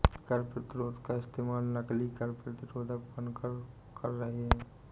कर प्रतिरोध का इस्तेमाल नकली कर प्रतिरोधक बनकर कर रहे हैं